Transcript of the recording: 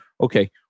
okay